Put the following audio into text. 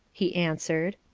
he answered.